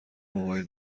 موبایل